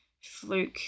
fluke